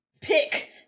pick